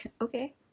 Okay